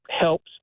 helps